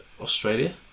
Australia